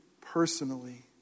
personally